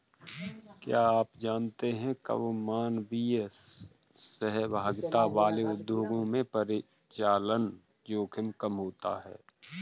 क्या आप जानते है कम मानवीय सहभागिता वाले उद्योगों में परिचालन जोखिम कम होता है?